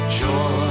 joy